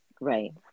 right